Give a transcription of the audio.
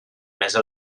mesa